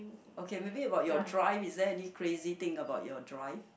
okay maybe about your drive is there any crazy thing about your drive